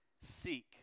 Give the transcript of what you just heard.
seek